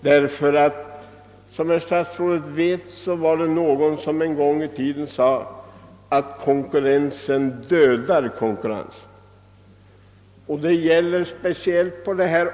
Någon sade en gång i tiden att konkurrens dödar konkurrens, och den regeln gäller speciellt på detta område.